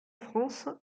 france